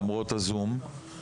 למרות ה- Zoom,